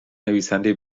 نویسنده